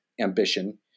ambition